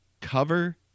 cover